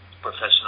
professional